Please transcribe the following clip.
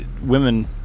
women